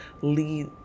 lead